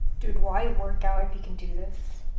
dude why work out if you can do this